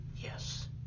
yes